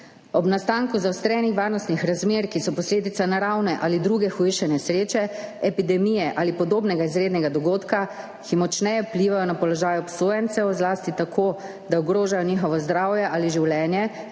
Ob nastanku zaostrenih varnostnih razmer, ki so posledica naravne ali druge hujše nesreče, epidemije ali podobnega izrednega dogodka, ki močneje vplivajo na položaj obsojencev, zlasti tako, da ogrožajo njihovo zdravje ali življenje